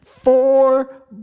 Four